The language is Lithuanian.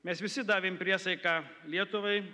mes visi davėm priesaiką lietuvai